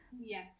yes